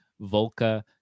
Volca